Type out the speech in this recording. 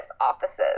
offices